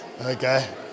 okay